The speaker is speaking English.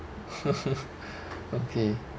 okay